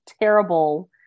terrible